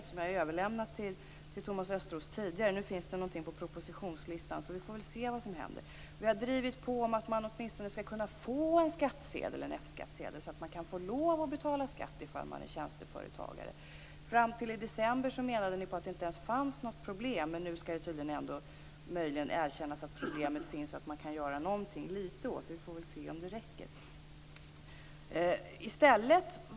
Jag har tidigare överlämnat det till Thomas Östros. Nu finns det något på propositionslistan. Vi får väl se vad som händer. Vi har drivit på att det skall vara möjligt att få en F-skattsedel så att man kan betala skatt som tjänsteföretagare. Fram till december menade ni att det inte fanns några problem. Nu erkänns att problemet finns och att något skall göras. Vi får väl se om det räcker.